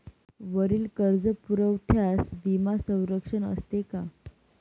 वरील कर्जपुरवठ्यास विमा संरक्षण असते का?